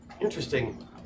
interesting